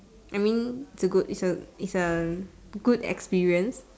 I mean it's a good it's a it's a good experience